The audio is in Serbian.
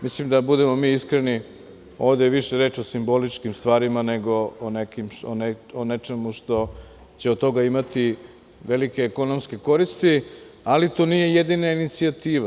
Mislim, da budemo mi iskreni, ovde je više reč o simboličkim stvarima nego o nečemu što će od toga imati velike ekonomske koristi, ali to nije jedina inicijativa.